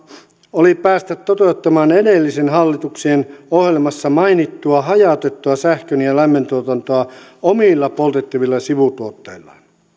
oli päästä toteuttamaan edellisen hallituksen ohjelmassa mainittua hajautettua sähkön ja ja lämmöntuotantoa omilla poltettavilla sivutuotteilla